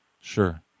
Sure